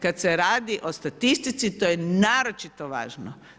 Kada se radi o statistici, to je naročito važno.